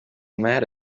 mad